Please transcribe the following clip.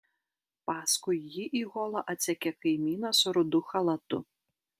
paskui jį į holą atsekė kaimynas rudu chalatu